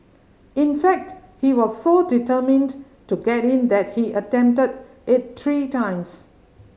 in fact he was so determined to get in that he attempted it three times